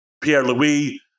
Pierre-Louis